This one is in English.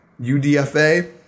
UDFA